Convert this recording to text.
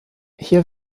hier